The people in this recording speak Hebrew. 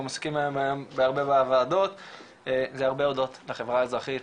עוסקים היום בהרבה וועדות וזה הרבה אודות לחברה האזרחית,